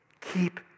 Keep